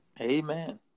Amen